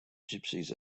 gypsies